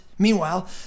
Meanwhile